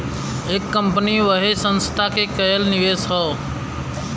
एक कंपनी वाहे संस्था के कएल निवेश हौ